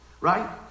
Right